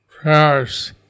prayers